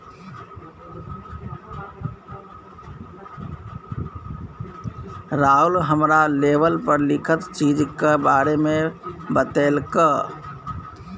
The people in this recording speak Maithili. राहुल हमरा लेवल पर लिखल चीजक बारे मे बतेलक